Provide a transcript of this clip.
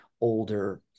older